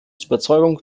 überzeugung